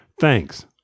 thanks